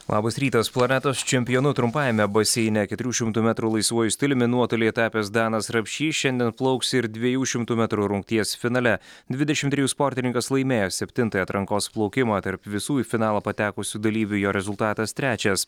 labas rytas planetos čempionu trumpajame baseine keturių šimtų metrų laisvuoju stiliumi nuotoly tapęs danas rapšys šiandien plauks ir dviejų šimtų metrų rungties finale dvidešim trejų sportininkas laimėjo septintąjį atrankos plaukimą tarp visų į finalą patekusių dalyvių jo rezultatas trečias